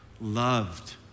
Loved